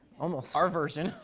almost. our version.